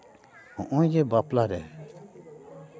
ᱦᱚᱸᱜᱼᱚᱭ ᱡᱮ ᱵᱟᱯᱞᱟ ᱨᱮ